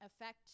affect